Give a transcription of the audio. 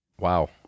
Wow